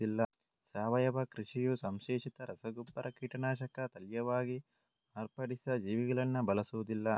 ಸಾವಯವ ಕೃಷಿಯು ಸಂಶ್ಲೇಷಿತ ರಸಗೊಬ್ಬರ, ಕೀಟನಾಶಕ, ತಳೀಯವಾಗಿ ಮಾರ್ಪಡಿಸಿದ ಜೀವಿಗಳನ್ನ ಬಳಸುದಿಲ್ಲ